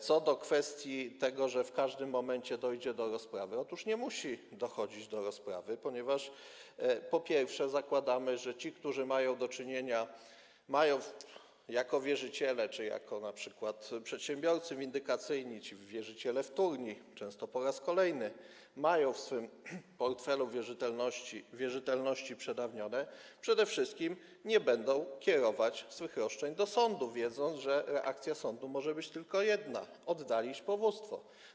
Co do kwestii tego, że w każdym momencie dojdzie do rozprawy, powiem, że nie musi dochodzić do rozprawy, ponieważ, po pierwsze, zakładamy, że ci, którzy mają z tym do czynienia np. jako wierzyciele czy przedsiębiorcy windykacyjni, czy wierzyciele wtórni, często po raz kolejny - mają w swym portfelu wierzytelności wierzytelności przedawnione - przede wszystkim nie będą kierować swych roszczeń do sądu, wiedząc, że reakcja sądu może być tylko jedna: oddalić powództwo.